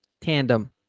tandem